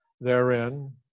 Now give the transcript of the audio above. therein